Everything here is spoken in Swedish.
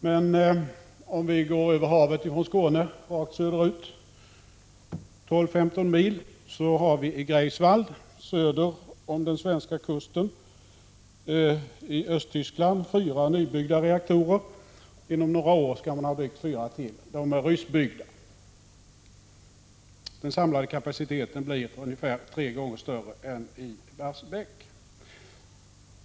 Men om vi går över havet från Skåne, 12—15 mil rakt söder ut, finner vi i Greifswald i Östtyskland fyra nybyggda reaktorer. Inom några år skall man ha byggt fyra till. De är ryskbyggda. Den samlade kapaciteten blir ungefär tre gånger större än i Barsebäck.